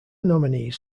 nominees